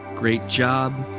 great job!